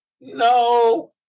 No